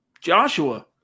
Joshua